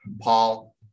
Paul